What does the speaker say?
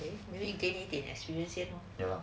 maybe gain 一点 experience 先